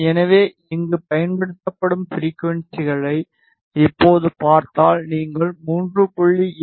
எனவே இங்கே பயன்படுத்தப்படும் ஃப்ரிகுவன்ஸிகளை இப்போது பார்த்தால் நீங்கள் 3